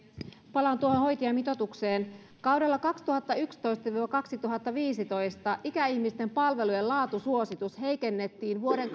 palaan tuohon hoitajamitoitukseen kaudella kaksituhattayksitoista viiva kaksituhattaviisitoista ikäihmisten palvelujen laatusuositus heikennettiin vuoden